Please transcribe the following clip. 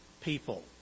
people